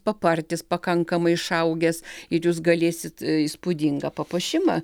papartis pakankamai išaugęs ir jūs galėsit įspūdingą papuošimą